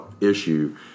issue